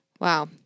Wow